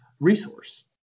resource